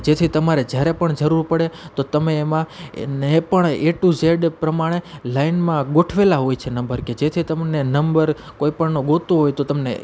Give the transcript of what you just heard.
કે જેથી તમારે જ્યારે પણ જરૂર પડે તો તમે એમાં નહીં પણ એ ટુ ઝેડ પ્રમાણે લાઇનમાં ગોઠવેલા હોય છે નંબર કે જેથી તમને નંબર કોઇપણનો ગોતવો હોય તો તમને